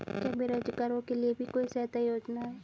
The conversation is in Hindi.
क्या बेरोजगारों के लिए भी कोई सहायता योजना है?